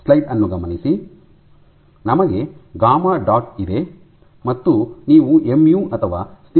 ನಮಗೆ gamma dot ಇದೆ ಮತ್ತು ನೀವು ಎಮ್ ಯು ಅಥವಾ ಸ್ನಿಗ್ಧತೆಯನ್ನು ಸಹ ಹೊಂದಿದ್ದೀರಿ